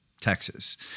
Texas